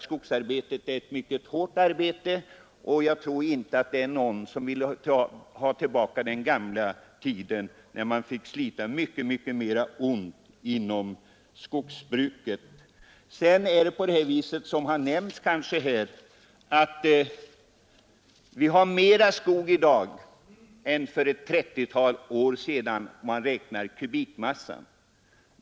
Skogsarbetet är mycket hårt, och jag tror inte att någon av oss vill ha tillbaka den gamla tiden då skogsarbetaren fick slita mycket mera ont än vad som nu är fallet. Det nämndes här att vi i dag har mera skog än tidigare. Vi har mera skog i dag än för 30 år sedan om man räknar i kubikmeter.